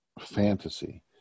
fantasy